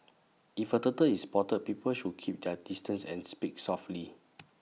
if A turtle is spotted people should keep their distance and speak softly